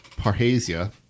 Parhasia